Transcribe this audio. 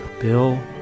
Bill